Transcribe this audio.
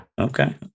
Okay